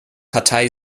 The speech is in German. partei